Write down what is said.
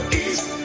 east